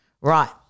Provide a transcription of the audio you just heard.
Right